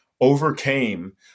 overcame